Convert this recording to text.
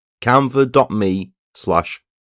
Canva.me/slash